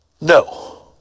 No